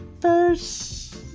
first